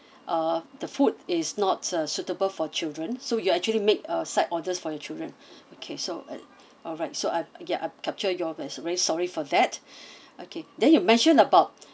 uh the food is not uh suitable for children so you actually make a side orders for your children okay so uh alright so I ya I capture your as very sorry for that okay then you mentioned about